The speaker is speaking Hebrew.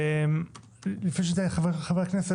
חברת הכנסת